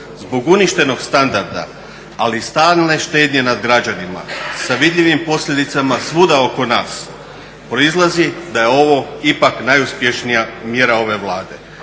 Zbog uništenog standarda, ali i stalne štednje nad građanima sa vidljivim posljedicama svuda oko nas proizlazi da je ovo ipak najuspješnija mjera ove Vlade.